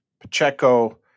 Pacheco